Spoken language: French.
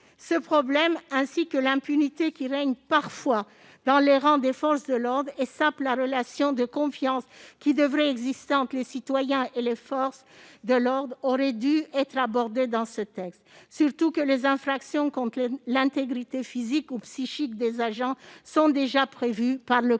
Ce problème, ainsi que l'impunité qui règne parfois dans les rangs des forces de l'ordre et qui sape la relation de confiance qui devrait exister entre les citoyens et celles-ci, aurait dû être abordé dans ce texte, surtout que les infractions contre l'intégrité physique ou psychique des agents sont déjà prévues par le code